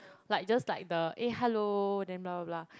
like just like the eh hello then blah blah blah